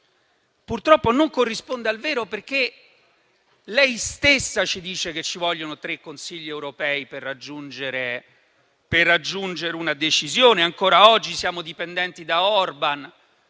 purtroppo, non corrisponde al vero. Lei stessa, infatti, ci dice che ci vogliono tre Consigli europei per raggiungere una decisione. Ancora oggi siamo dipendenti da Orban